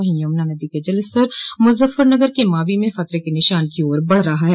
वहीं यमुना नदी का जलस्तर मुजफ्फरनगर के मावी में खतरे के निशान की ओर बढ़ रहा है